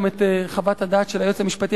גם חוות הדעת של היועץ המשפטי,